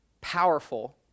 powerful